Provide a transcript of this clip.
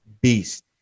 beast